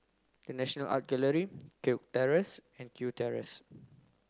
the National Art Gallery Kirk Terrace and Kew Terrace